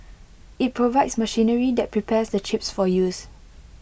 IT provides machinery that prepares the chips for use